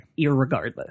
Irregardless